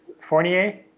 Fournier